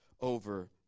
over